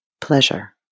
pleasure